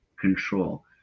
control